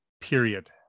Period